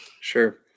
Sure